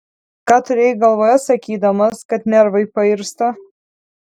ką turėjai galvoje sakydamas kad nervai pairsta